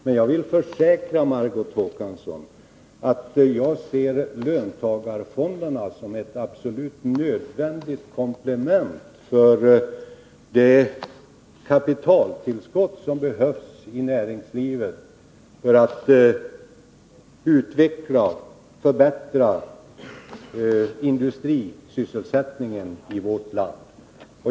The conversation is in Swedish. Men jag vill försäkra Margot Håkansson att jag ser löntagarfonderna som ett absolut nödvändigt komplement till det kapitaltillskott som behövs i näringslivet för att utveckla och förbättra industrisysselsättningen i vårt land.